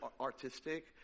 artistic